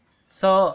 so